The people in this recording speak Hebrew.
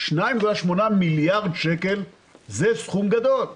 2.8 מיליארד שקל זה סכום גדול.